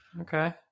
Okay